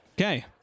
Okay